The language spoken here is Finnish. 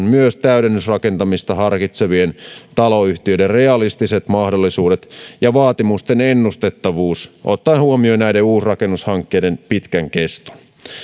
myös huomioon täydennysrakentamista harkitsevien taloyhtiöiden realistiset mahdollisuudet ja vaatimusten ennustettavuus ottaen huomioon näiden uusrakennushankkeiden pitkän keston